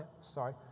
Sorry